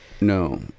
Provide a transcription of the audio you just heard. no